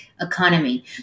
economy